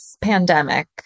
pandemic